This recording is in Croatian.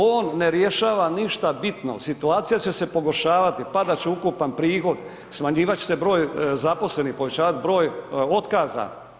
On ne rješava ništa bitno, situacija će se pogoršavati, padat će ukupan prihod, smanjivat će se broj zaposlenih, povećavat broj otkaza.